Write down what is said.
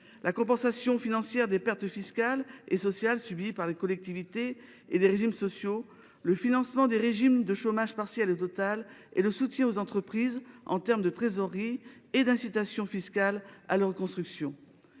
la compensation financière des pertes fiscales et sociales subies par les collectivités et les régimes sociaux ; le financement des régimes de chômage partiel et total ; enfin, le soutien aux entreprises, que ce soit en termes de trésorerie ou sous la forme d’incitations fiscales à la reconstruction.